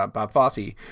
but bob fossey.